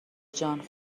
جان